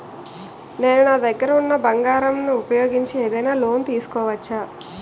నేను నా దగ్గర ఉన్న బంగారం ను ఉపయోగించి ఏదైనా లోన్ తీసుకోవచ్చా?